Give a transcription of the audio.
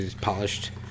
polished